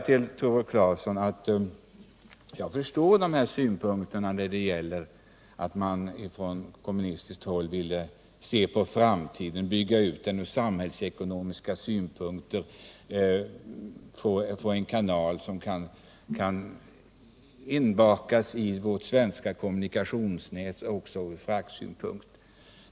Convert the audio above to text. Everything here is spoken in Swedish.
Till Tore Claeson vill jag säga att jag förstår att man från kommunistiskt håll ville se på framtiden, bygga ut kanalen från samhällsekonomiska synpunkter, få en kanal som kan ingå i vårt svenska kommunikationsnät också från fraktsynpunkt.